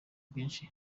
bwinshi